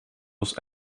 was